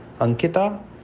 Ankita